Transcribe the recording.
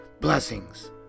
blessings